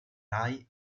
rai